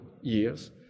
years